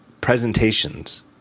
presentations